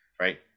right